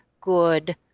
good